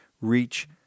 reach